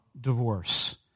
divorce